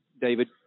David